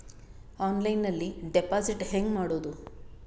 ಆನ್ಲೈನ್ನಲ್ಲಿ ಡೆಪಾಜಿಟ್ ಹೆಂಗ್ ಮಾಡುದು?